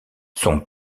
son